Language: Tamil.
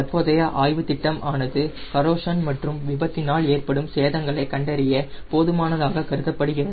தற்போதைய ஆய்வுத்திட்டம் ஆனது கரோஷன் மற்றும் விபத்தினால் ஏற்படும் சேதங்களை கண்டறிய போதுமானதாக கருதப்படுகிறது